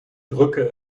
drücke